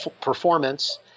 performance